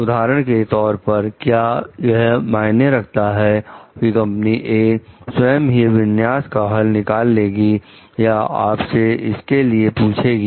उदाहरण के तौर पर क्या यह मायने रखता है कि कंपनी " ए" स्वयं ही विन्यास का हल निकाल लेगी या आपसे इसके लिए पूछेगी